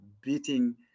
beating